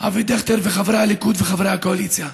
אבי דיכטר וחברי הליכוד וחברי הקואליציה,